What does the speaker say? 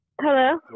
Hello